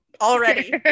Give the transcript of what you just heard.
Already